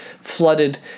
flooded